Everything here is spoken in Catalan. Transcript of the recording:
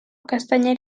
castanyer